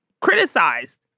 criticized